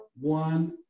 one